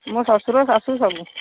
ମୋର ଶ୍ୱଶୁର ଶାଶୁ ସବୁ